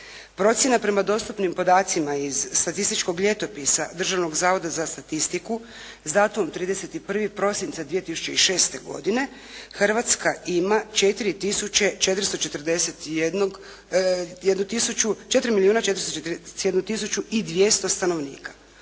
Procjena prema dostupnim podacima iz statističkog ljetopisa Državnog zavoda za statistiku s datumom 31. prosinca 2006. godine Hrvatska ima 4 tisuće 441-og, jednu tisuću,